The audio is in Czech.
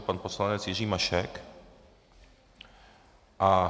Pan poslanec Jiří Mašek.